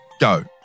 go